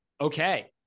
Okay